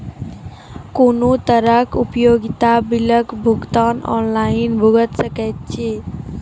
कुनू तरहक उपयोगिता बिलक भुगतान ऑनलाइन भऽ सकैत छै?